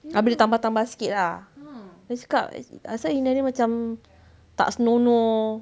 habis dia tambah-tambah sikit ah tu cakap asal inai dia macam tak senonoh